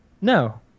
No